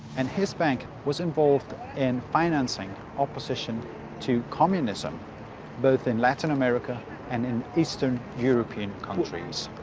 and his bank was involved in financing opposition to communism both in latin america and in eastern european countries.